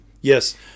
Yes